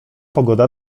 pogoda